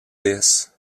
this